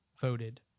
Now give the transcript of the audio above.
voted